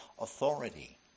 authority